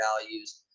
values